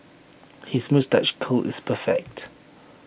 his moustache curl is perfect